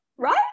right